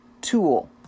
tool